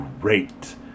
great